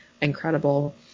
incredible